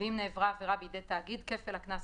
ואם נעברה העבירה בידי תאגיד כפל הקנס